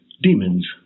demons